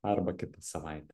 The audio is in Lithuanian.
arba kitą savaitę